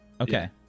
Okay